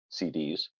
CDs